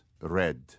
red